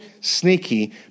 sneaky